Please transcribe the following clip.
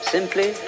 Simply